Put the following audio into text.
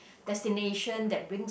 destination that brings